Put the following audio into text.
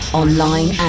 online